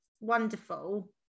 wonderful